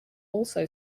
also